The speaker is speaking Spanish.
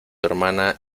hermana